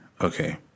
okay